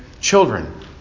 children